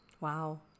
Wow